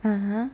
(uh huh)